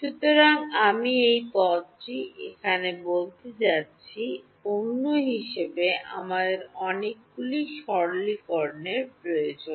সুতরাং আমি এই পদটি এখানে বলতে যাচ্ছি অন্য হিসাবে আমাদের অনেকগুলি সরলকরণের প্রয়োজন